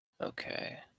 Okay